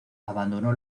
abandonó